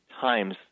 times